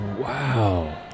Wow